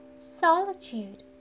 solitude